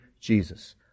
Jesus